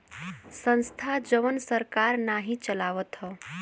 संस्था जवन सरकार नाही चलावत हौ